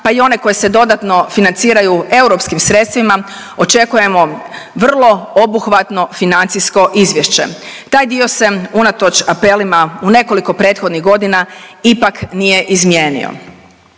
pa i one koje se dodatno financiraju europskim sredstvima očekujemo vrlo obuhvatno financijsko izvješće. Taj dio se unatoč apelima u nekoliko prethodnih godina ipak nije izmijenio.